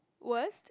worst